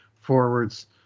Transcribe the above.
forwards